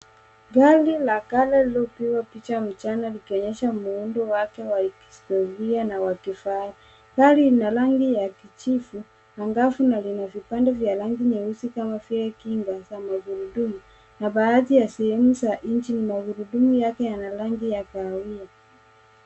Gari la kale lililopigwa picha mchana likionyesha muundo wake wa kihistoria na wa kifahari. Gari ina rangi ya kijivu angavu na lina vipande vya rangi nyeusi kama vile kinga cha magurudumu na baadhi ya sehemu za engine magurudumu yake yana rangi ya kahawia.